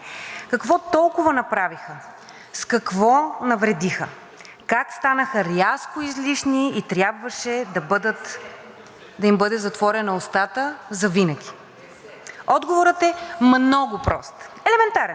Какво толкова направиха, с какво навредиха? Как станаха рязко излишни и трябваше да им бъде затворена устата завинаги? Отговорът е много прост, елементарен.